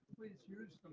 please use